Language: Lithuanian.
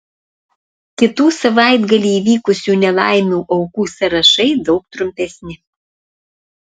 kitų savaitgalį įvykusių nelaimių aukų sąrašai daug trumpesni